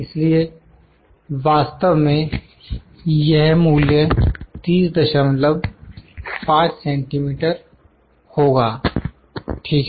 इसलिए वास्तव में यह मूल्य 305 सेंटीमीटर होगा ठीक है